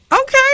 Okay